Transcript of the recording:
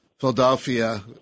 Philadelphia